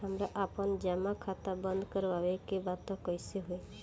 हमरा आपन जमा खाता बंद करवावे के बा त कैसे होई?